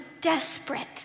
desperate